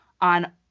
on